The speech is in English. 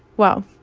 well,